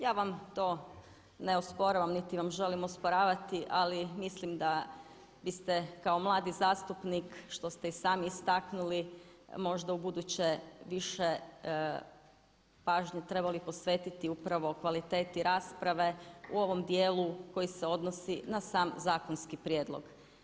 Ja vam to ne osporavam niti vam želim osporavati ali mislim da biste kao mladi zastupnik što ste i sami istaknuli možda ubuduće više pažnje trebali posvetiti upravo kvaliteti rasprave u ovom dijelu koji se odnosi na sam zakonski prijedlog.